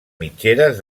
mitgeres